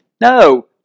No